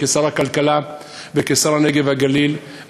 כשר הכלכלה וכשר הנגב והגליל,